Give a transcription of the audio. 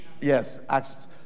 Yes